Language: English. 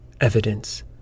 Evidence